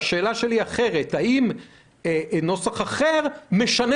והשאלה היא אחרת: האם נוסח אחר משנה